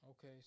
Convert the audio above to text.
Okay